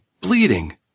Bleeding